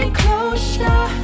closer